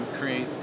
create